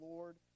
Lord